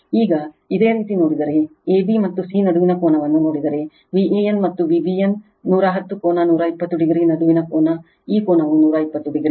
ಈಗ ಇದೇ ರೀತಿ ನೋಡಿದರೆ a b ಮತ್ತು c ನಡುವಿನ ಕೋನವನ್ನು ನೋಡಿದರೆVan ಮತ್ತು Vbn 110 ಕೋನ 120 o ನಡುವಿನ ಕೋನ ಈ ಕೋನವು 120 o